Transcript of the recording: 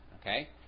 Okay